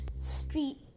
street